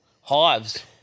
Hives